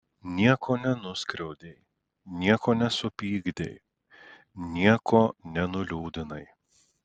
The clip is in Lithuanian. nieko nenuskriaudei nieko nesupykdei nieko nenuliūdinai